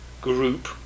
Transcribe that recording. group